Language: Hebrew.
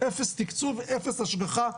אפס תקצוב ואפס השגחה.